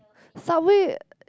Subway